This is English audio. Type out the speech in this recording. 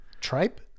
Tripe